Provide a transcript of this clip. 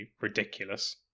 ridiculous